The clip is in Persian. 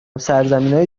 سرزمینای